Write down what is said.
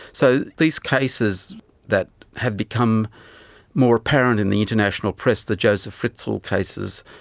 so these cases that have become more apparent in the international press, the josef fritzl cases,